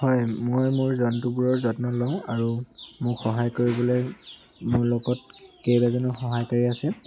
হয় মই মোৰ জন্তুবোৰৰ যত্ন লওঁ আৰু মোক সহায় কৰিবলে মোৰ লগত কেইবাজনো সহায়কাৰী আছে